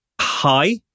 Hi